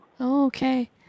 okay